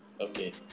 Okay